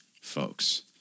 folks